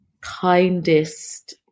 kindest